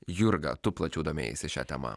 jurga tu plačiau domėjaisi šia tema